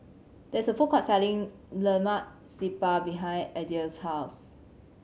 there is a food court selling Lemak Siput behind Adell's house